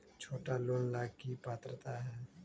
छोटा लोन ला की पात्रता है?